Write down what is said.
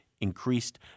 increased